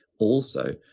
also,